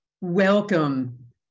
Welcome